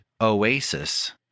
Oasis